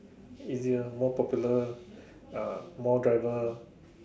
easier more popular uh more driver